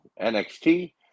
NXT